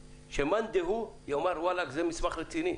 הישיבה ויגיד שזה מסמך רציני.